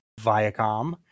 Viacom